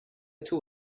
two